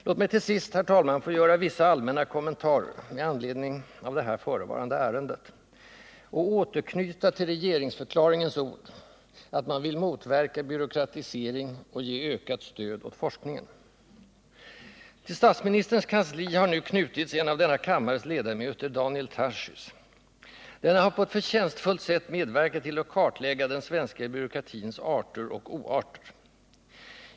Låt mig till sist, herr talman, få göra vissa allmänna kommentarer med anledning av det här förevarande ärendet och återknyta till regeringsförkla ringens ord att man vill motverka byråkratisering och ge ökat stöd åt Nr 33 forskningen. Till statsministerns kansli har nu knutits en av denna kammares ledamöter, Daniel Tarschys. Denne har på ett förtjänstfullt sätt medverkat till att kartlägga den svenska byråkratins arter och oarter.